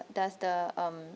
does the um